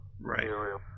right